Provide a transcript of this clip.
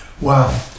Wow